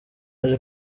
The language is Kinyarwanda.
yaje